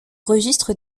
registre